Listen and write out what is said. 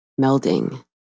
melding